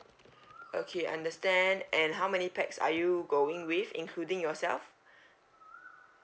okay understand and how many pax are you going with including yourself